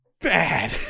bad